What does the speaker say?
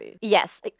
Yes